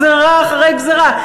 גזירה אחרי גזירה,